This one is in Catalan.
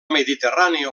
mediterrània